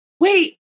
wait